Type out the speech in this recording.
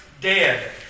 dead